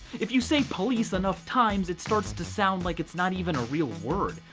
if you say police enough times it starts to sound like its not even a real word.